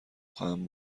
خواهم